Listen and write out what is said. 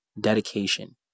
dedication